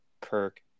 Kirk